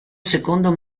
secondo